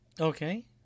Okay